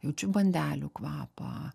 jaučiu bandelių kvapą